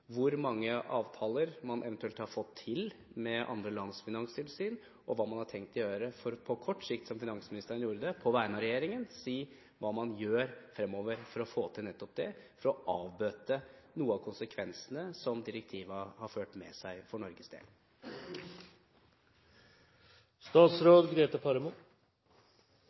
hvor mange avtaler man eventuelt har fått til med andre lands finanstilsyn, og hva man har tenkt å gjøre på kort sikt fremover for å få til nettopp det, som finansministeren gjorde det, på vegne av regjeringen – for å avbøte noen av konsekvensene som direktivet har ført med seg for Norges